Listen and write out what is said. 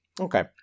Okay